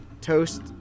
toast